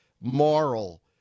moral